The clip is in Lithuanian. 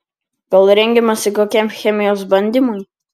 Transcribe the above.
gal rengiamasi kokiam chemijos bandymui